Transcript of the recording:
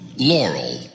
Laurel